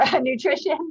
nutrition